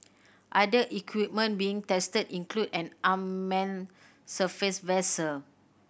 other equipment being tested include an unmanned surface vessel